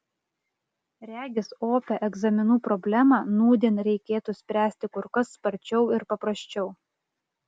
regis opią egzaminų problemą nūdien reikėtų spręsti kur kas sparčiau ir paprasčiau